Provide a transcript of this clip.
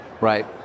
Right